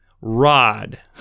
rod